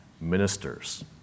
ministers